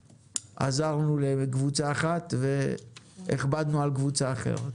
עזרנו לקבוצה אחת והכבדנו על קבוצה אחרת.